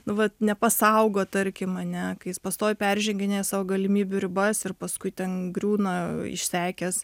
nu vat nepasaugo tarkim ane kai jis pastoviai perženginėja savo galimybių ribas ir paskui ten griūna išsekęs